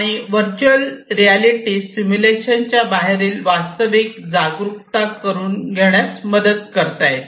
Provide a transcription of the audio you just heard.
आणि virtual reality सिम्युलेशनच्या बाहेरील वास्तविकतेबद्दल जागरूकता करून घेण्यास मदत करते